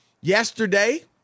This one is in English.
yesterday